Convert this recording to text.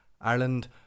Ireland